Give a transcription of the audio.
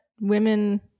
women